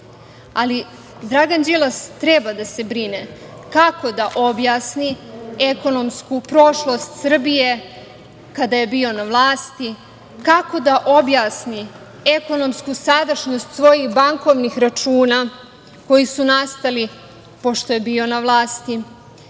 evra. Dragan Đilas treba da se brine kako da objasni ekonomsku prošlost Srbije kada je bio na vlasti, kako da objasni ekonomsku sadašnjost svojih bankovnih računa koji su nastali pošto je bio na vlasti